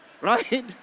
right